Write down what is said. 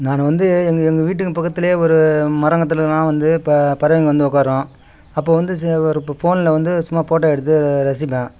நான் வந்து எங்கள் எங்கள் வீட்டுக்கும் பக்கத்திலே ஒரு மரங்கொத்தலலாம் வந்து ப பறவைங்க வந்து உட்காரும் அப்போ வந்து இப்போ ஃபோனில் வந்து சும்மா போட்டோ எடுத்து ரசிப்பேன்